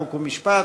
חוק ומשפט,